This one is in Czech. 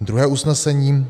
Druhé usnesení: